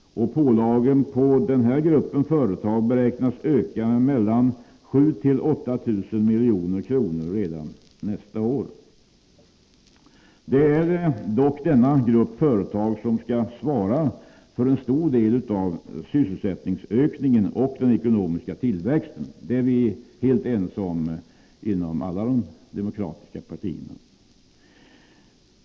Pålagorna på den gruppen av företag beräknas öka med mellan 7 000 och 8 000 miljoner redan nästa år. Det är dock denna grupp företag som skall svara för en stor del av sysselsättningsökningen och den ekonomiska tillväxten — det är vi helt ense om inom alla de demokratiska partierna.